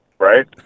right